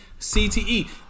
CTE